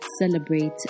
celebrate